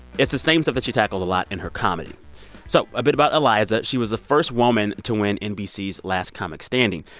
it's the same stuff that she tackles a lot in her comedy so a bit about iliza. she was the first woman to win nbc's last comic standing.